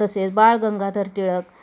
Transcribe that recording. तसे बाळ गंगाधर टिळक